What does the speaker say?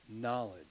knowledge